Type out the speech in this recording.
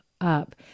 up